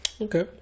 okay